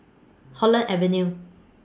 Holland Avenue